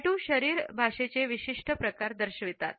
tattoo शरीर भाषेचे विशिष्ट प्रकार दर्शवितात